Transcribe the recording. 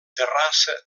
terrassa